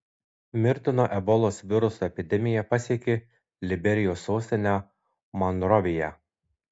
mirtino ebolos viruso epidemija pasiekė liberijos sostinę monroviją